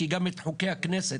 כי גם את חוקי הכנסת